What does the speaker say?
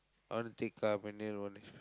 I want to take car manual only